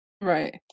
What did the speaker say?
Right